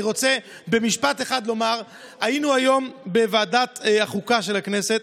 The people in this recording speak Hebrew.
אני רוצה במשפט אחד לומר: היינו היום בוועדת החוקה של הכנסת.